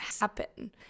happen